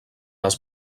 les